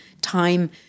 time